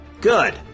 Good